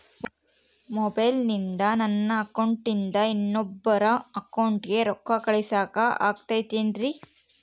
ಮೊಬೈಲಿಂದ ನನ್ನ ಅಕೌಂಟಿಂದ ಇನ್ನೊಬ್ಬರ ಅಕೌಂಟಿಗೆ ರೊಕ್ಕ ಕಳಸಾಕ ಆಗ್ತೈತ್ರಿ?